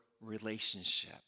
relationship